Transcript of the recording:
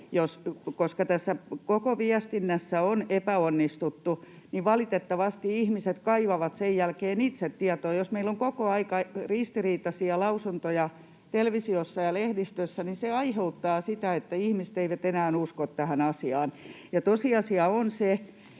Koska tässä koko viestinnässä on epäonnistuttu, niin valitettavasti ihmiset kaivavat sen jälkeen itse tietoa. Jos meillä on koko ajan ristiriitaisia lausuntoja televisiossa ja lehdistössä, niin se aiheuttaa sitä, että ihmiset eivät enää usko tähän asiaan. Ja tosiasia on se,